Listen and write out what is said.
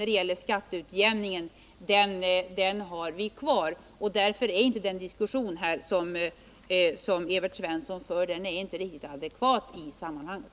Principiellt har vi fortfarande samma inställning, och därför är den diskussion som Evert Svensson för inte riktigt advekvat i sammanhanget.